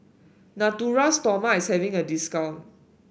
Natura Stoma is having a discount